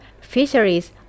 fisheries